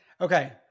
Okay